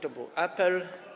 To był apel.